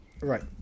right